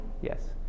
Yes